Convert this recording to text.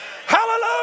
Hallelujah